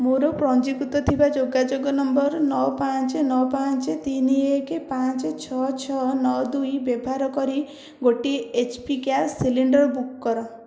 ମୋର ପଞ୍ଜୀକୃତ ଥିବା ଯୋଗାଯୋଗ ନମ୍ବର୍ ନଅ ପାଞ୍ଚ ନଅ ପାଞ୍ଚ ତିନି ଏକ ପାଞ୍ଚ ଛଅ ଛଅ ନଅ ଦୁଇ ବ୍ୟବାହାର କରି ଗୋଟିଏ H P gas cylinder book କର